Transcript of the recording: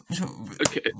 Okay